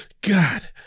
God